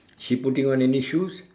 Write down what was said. she putting on any shoes